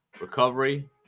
recovery